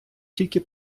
тільки